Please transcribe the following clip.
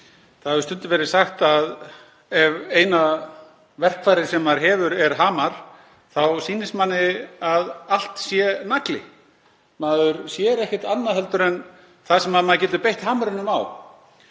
Það hefur stundum verið sagt að ef eina verkfærið sem maður hefur er hamar þá sýnist manni að allt sé nagli. Maður sér ekkert annað en það sem maður getur beitt hamrinum á.